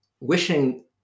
wishing